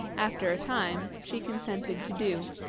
after a time, she consented to do.